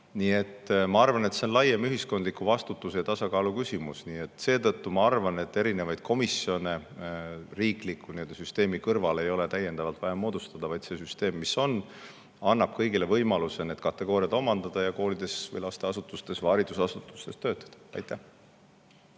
ma arvan, et see on laiem ühiskondliku vastutuse ja tasakaalu küsimus. Seetõttu ma arvan ka, et erinevaid komisjone riikliku süsteemi kõrvale ei ole täiendavalt vaja moodustada. See süsteem, mis on, annab kõigile võimaluse need kategooriad omandada ja koolis või muus lasteasutuses või haridusasutuses töötada. Aitäh!